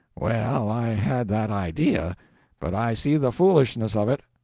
well, i had that idea but i see the foolishness of it.